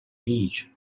beach